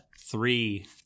three